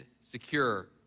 secure